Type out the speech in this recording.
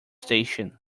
station